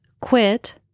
Quit